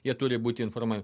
jie turi būti informuojami